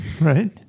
Right